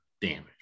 damage